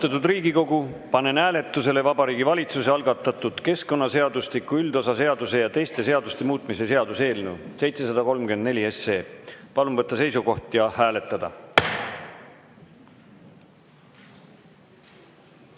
Austatud Riigikogu, panen hääletusele Vabariigi Valitsuse algatatud keskkonnaseadustiku üldosa seaduse ja teiste seaduste muutmise seaduse eelnõu 734. Palun võtta seisukoht ja hääletada!